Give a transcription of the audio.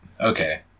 Okay